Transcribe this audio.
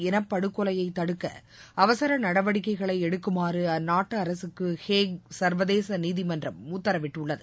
இனப்படுகொலையைதடுக்கஅவசரநடவடிக்கைகளைஎடுக்குமாறுஅந்நாட்டுஅரசுக்குஹேக் சர்வதேசநீதிமன்றம் உத்தரவிட்டுள்ளது